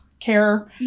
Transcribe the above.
care